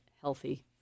healthy